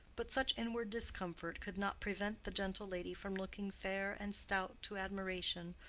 but such inward discomfort could not prevent the gentle lady from looking fair and stout to admiration,